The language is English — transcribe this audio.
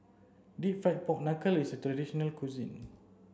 deep fried pork knuckle is a traditional local cuisine